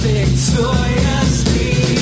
Victoriously